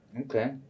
Okay